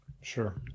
sure